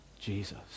Jesus